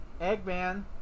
Eggman